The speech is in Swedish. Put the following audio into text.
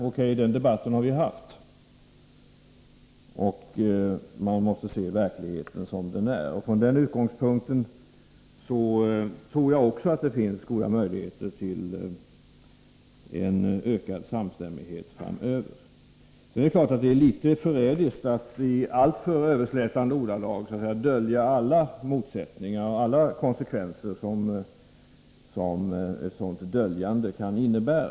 O.K., den debatten har vi haft, och man måste se verkligheten som den är. Från den utgångspunkten tror jag också att det finns goda möjligheter till ökad samstämmighet framöver. Sedan är det klart att det är litet förrädiskt att i alltför överslätande ordalag dölja alla motsättningar och alla konsekvenser som ett sådant döljande kan innebära.